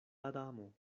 adamo